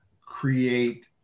create